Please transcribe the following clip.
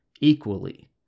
equally